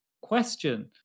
question